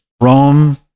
Rome